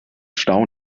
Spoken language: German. stau